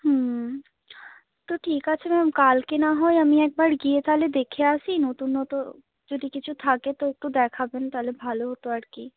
হুম তো ঠিক আছে ম্যাম কালকে না হয় আমি একবার গিয়ে তাহলে দেখে আসি নতুনত্ব যদি কিছু থাকে তো একটু দেখাবেন তাহলে ভালো হতো আর কি